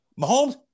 Mahomes –